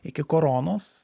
iki koronos